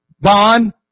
bond